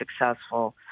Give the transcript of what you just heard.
successful